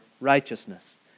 righteousness